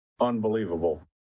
unbelievable